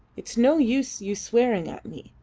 it's no use you swearing at me.